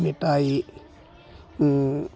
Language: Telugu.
మిఠాయి